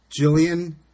Jillian